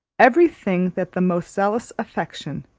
every thing that the most zealous affection,